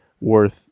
worth